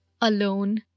alone